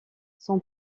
son